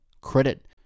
credit